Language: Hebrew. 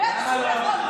בטח שהוא יכול.